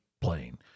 playing